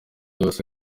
yose